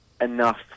enough